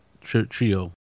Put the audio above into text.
trio